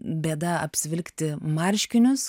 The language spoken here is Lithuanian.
bėda apsivilkti marškinius